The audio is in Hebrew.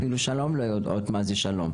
אפילו שלום לא יודעות מה זה שלום.